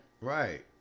Right